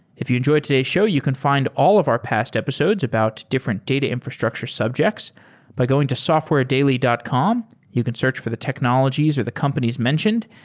if you enjoyed today's show, you can find all of our past episodes about different data infrastructure subjects by going to software daily dot com. you can search for the technologies or the companies mentioned,